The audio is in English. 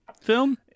film